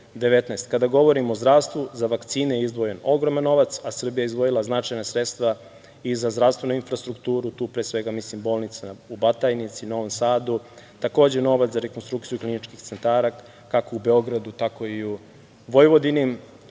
19.Kada govorim o zdravstvu, za vakcine je izdvojen ogroman novac, a Srbija je izdvojila značajna sredstva i za zdravstvenu infrastrukturu. Tu, pre svega, mislim na bolnicu u Batajnici, u Novom Sadu, takođe, novac za rekonstrukciju kliničkih centara, kako u Beogradu, tako i u Vojvodini.